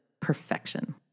perfection